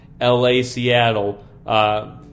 LA-Seattle